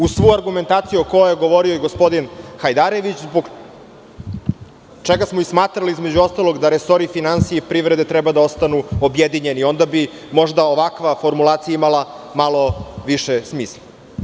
Uz svu argumentaciju o kojoj je govorio i gospodin Hajdarević, zbog čega smo i smatrali između ostalog da resori finansija i privrede treba da ostanu objedinjeni, onda bi možda ovakva formulacija imala malo više smisla.